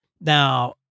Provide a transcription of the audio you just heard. Now